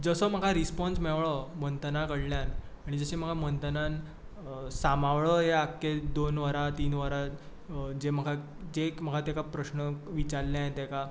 जसो म्हाका रिस्पाॅन्स मेळ्ळो मंथना कडल्यान आनी जशी म्हाका मंथनान सांबाळ्ळो ह्या आख्ख्या दोन वरांत तीन वरांत जें म्हाका तेका एक प्रस्न विचारले हांयेन तेका